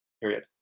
period